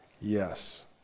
yes